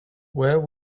where